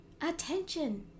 attention